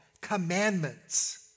commandments